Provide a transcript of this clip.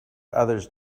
others